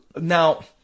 Now